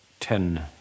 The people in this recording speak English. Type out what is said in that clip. Ten